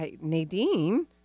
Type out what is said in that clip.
Nadine